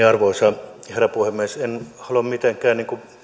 arvoisa herra puhemies en halua mitenkään